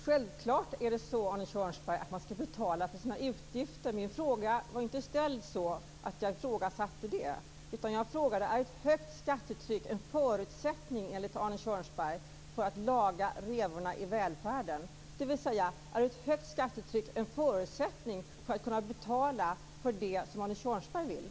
Fru talman! Självklart, Arne Kjörnsberg, ska man betala sina utgifter. Min fråga var inte ställd så att jag ifrågasatte det, utan jag frågade: Är ett högt skattetryck enligt Arne Kjörnsberg en förutsättning för att laga revorna i välfärden? Är ett högt skattetryck en förutsättning för att kunna betala för det som Arne Kjörnsberg vill?